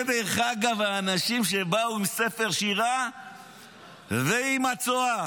אלה האנשים שבאו עם ספר שירה ועם צואה.